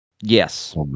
yes